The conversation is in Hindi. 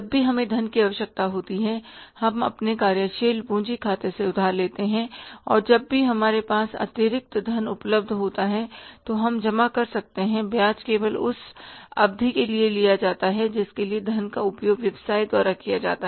जब भी हमें धन की आवश्यकता होती है हम अपने कार्यशील पूंजी खाते से उधार लेते हैं और जब भी हमारे पास अतिरिक्त धन उपलब्ध होता है तो हम जमा कर सकते हैं ब्याज केवल उस अवधि के लिए लिया जाता है जिसके लिए धन का उपयोग व्यवसाय द्वारा किया जाता है